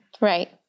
Right